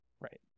right